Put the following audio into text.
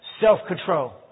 Self-control